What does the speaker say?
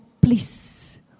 please